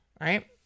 right